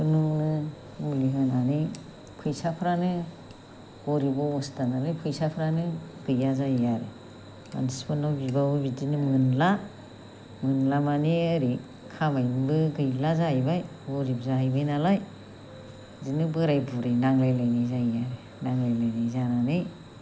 नोङो मुलि लोंनानै फैसाफ्रानो गरिब अबस्था नालाय फैसाफ्रानो गैया जायो आरो मानसिफोरनाव बिबाबो बिदिनो मोनला मोनला माने ओरै खामायनायबो गैला जाहैबाय गरिब जाहैबाय नालाय बिदिनो बोराय बुरि नांज्लाय लायनाय जायो नांज्लाय लायनाय जानानै